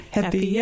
Happy